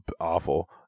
awful